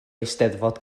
eisteddfod